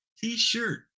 T-shirt